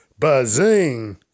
Bazing